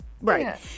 Right